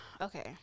Okay